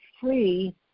free